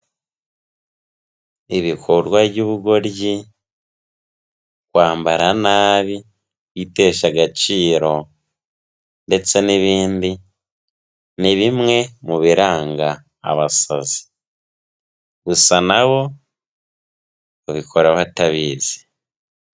Ibikorwa by'ubugoryi, kwambara nabi, kwitesha agaciro, ndetse n'ibindi, ni bimwe mu biranga abasazi, gusa na bo babikora batabizi.